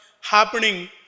happening